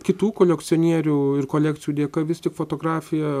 kitų kolekcionierių ir kolekcijų dėka vis tik fotografija